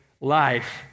life